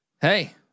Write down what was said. hey